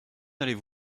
n’allez